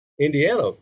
Indiana